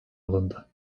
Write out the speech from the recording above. alındı